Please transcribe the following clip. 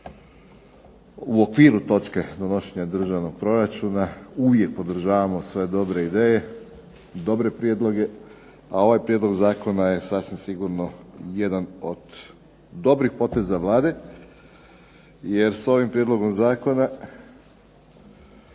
u okviru točke donošenja državnog proračuna uvijek podržavamo sve dobre ideje, dobre prijedloge, a ovaj prijedlog zakona je sasvim sigurno jedan od dobrih poteza Vlade jer sa ovim prijedlogom zakona